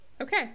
okay